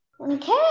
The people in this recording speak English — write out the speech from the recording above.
Okay